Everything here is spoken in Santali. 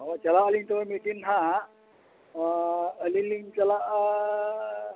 ᱟᱪᱪᱷᱟ ᱦᱚᱭ ᱪᱟᱞᱟᱜ ᱟᱹᱞᱤᱧ ᱛᱚᱵᱮ ᱢᱤᱫ ᱫᱤᱱ ᱦᱟᱸᱜ ᱟᱹᱞᱤᱧ ᱞᱤᱧ ᱪᱟᱞᱟᱜᱼᱟᱻ